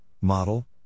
model